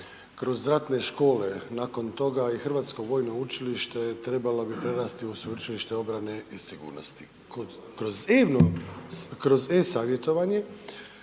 kroz ratne škole nakon toga i Hrvatsko vojno učilište, trebala bi prerasti u Sveučilište obrane i sigurnosti. Kroz e-savjetovanje